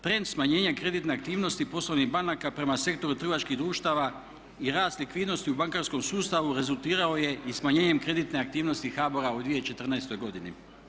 Trend smanjenja kreditne aktivnosti poslovnih banaka prema sektoru trgovačkih društava i rast likvidnosti u bankarskom sustavu rezultirao je i smanjenjem kreditne aktivnosti HBOR-a u 2014. godini.